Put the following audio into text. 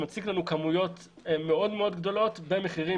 זה מציג לנו כמויות גדולות מאוד במחירים